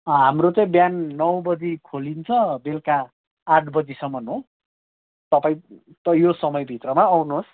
अँ हाम्रो चाहिँ बिहान नौ बजी खोलिन्छ बेलुका आठ बजीसम्म हो तपाईँ त यो समय भित्रमा आउनुहोस्